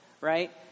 right